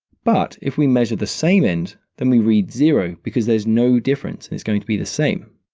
but if we measure the same end, then we read zero because there's no difference and it's going to be the same.